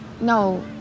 No